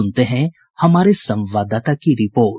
सुनते है हमारे संवाददाता की रिपोर्ट